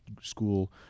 school